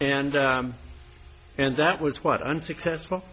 and and that was what unsuccessful